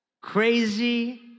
Crazy